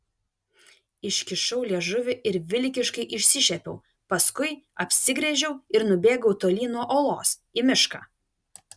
iškišau liežuvį ir vilkiškai išsišiepiau paskui apsigręžiau ir nubėgau tolyn nuo olos į mišką